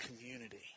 community